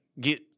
get